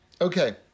Okay